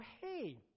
hey